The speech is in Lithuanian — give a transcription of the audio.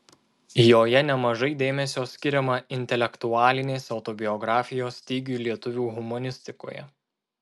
joje nemažai dėmesio skiriama intelektualinės autobiografijos stygiui lietuvių humanistikoje